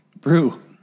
Brew